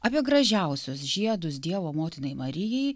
apie gražiausius žiedus dievo motinai marijai